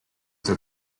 the